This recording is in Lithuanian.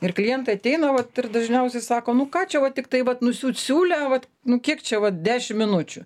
ir klientai ateina vat ir dažniausiai sako nu ką čia va tiktai vat nusiūt siūlę vat nu kiek čia vat dešim minučių